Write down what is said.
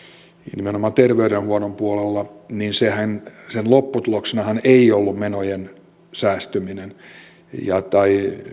nimenomaan terveydenhuollon puolella niin sen lopputuloksenahan ei ollut menojen säästyminen tai